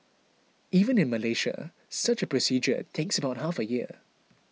even in Malaysia such a procedure takes about half a year